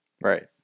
Right